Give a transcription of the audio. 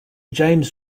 james